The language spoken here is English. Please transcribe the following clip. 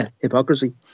hypocrisy